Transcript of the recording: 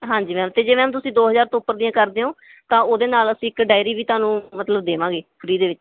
ਹਾਂਜੀ ਮੈਮ ਅਤੇ ਜੇ ਮੈਮ ਤੁਸੀਂ ਦੋ ਹਜ਼ਾਰ ਤੋ ਉੱਪਰ ਦੀਆਂ ਕਰਦੇ ਹੋ ਤਾਂ ਉਹਦੇ ਨਾਲ ਅਸੀਂ ਇੱਕ ਡਾਇਰੀ ਵੀ ਤੁਹਾਨੂੰ ਮਤਲਬ ਦੇਵਾਂਗੇ ਫਰੀ ਦੇ ਵਿੱਚ